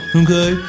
okay